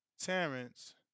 Terrence